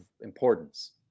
importance